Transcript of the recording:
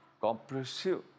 comprehensive